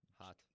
Hot